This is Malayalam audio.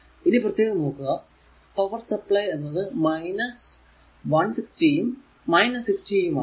ഇനി നോക്കുക പവർ സപ്ലൈ എന്നത് 160 യും 60 യും ആണ്